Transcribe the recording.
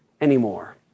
anymore